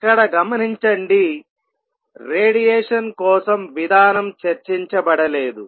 ఇక్కడ గమనించండి రేడియేషన్ కోసం విధానం చర్చించబడలేదు